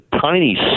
tiny